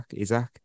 Isaac